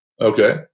Okay